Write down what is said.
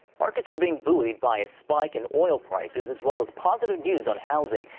markets are being buoyed by a spike in oil prices, as well as positive news on housing.